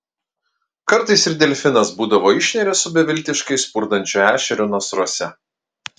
kartais ir delfinas būdavo išneria su beviltiškai spurdančiu ešeriu nasruose